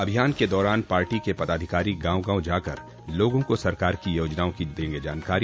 अभियान के दौरान पार्टी के पदाधिकारी गांव गांव जाकर लोगों को सरकार की योजनाओं की देंगे जानकारी